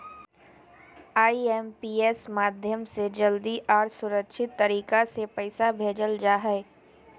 IMPS माध्यम से जल्दी आर सुरक्षित तरीका से पैसा भेजल जा हय